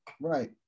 Right